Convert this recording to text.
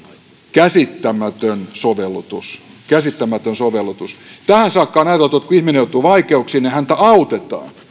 käsittämätön sovellutus käsittämätön sovellutus tähän saakka on ajateltu että kun ihminen joutuu vaikeuksiin niin häntä autetaan